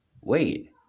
wait